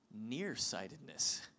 nearsightedness